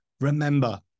remember